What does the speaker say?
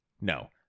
No